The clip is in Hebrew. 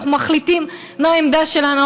אנחנו מחליטים מה העמדה שלנו.